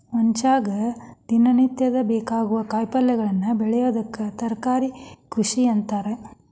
ಮನಷ್ಯಾಗ ದಿನನಿತ್ಯ ಬೇಕಾಗೋ ಕಾಯಿಪಲ್ಯಗಳನ್ನ ಬೆಳಿಯೋದಕ್ಕ ತರಕಾರಿ ಕೃಷಿ ಅಂತಾರ